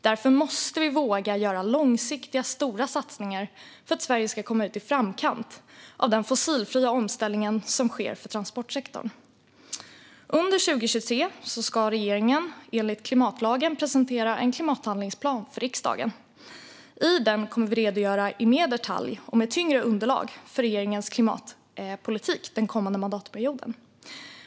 Därför måste vi våga göra långsiktiga, stora satsningar för att Sverige ska vara i framkant i den fossilfria omställningen av transportsektorn. Under 2023 ska regeringen enligt klimatlagen presentera en klimathandlingsplan för riksdagen. I den kommer vi att redogöra mer i detalj och med tyngre underlag för regeringens klimatpolitik den kommande mandatperioden.